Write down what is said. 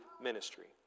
ministry